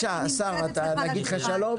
לדעתי חגי רזניק לא ידבר היום כי לקחת את כל זמן הדיון.